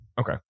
Okay